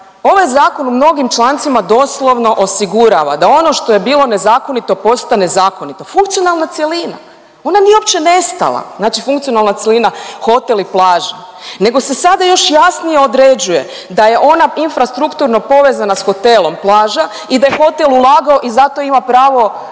Ovaj zakon u mnogim članicama doslovno osigurava da ono što je bilo nezakonito postane zakonito, funkcionalna cjelina, ona nije uopće nestala, znači funkcionalna cjelina hotel i plaže nego se sada još jasnije određuje da je ona infrastrukturno povezana s hotelom plaža i da je hotel ulagao i zato ima pravo